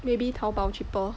maybe 淘宝 cheaper